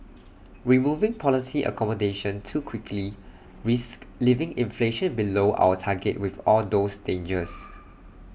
removing policy accommodation too quickly risks leaving inflation below our target with all those dangers